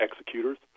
executors